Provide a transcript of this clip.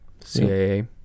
CAA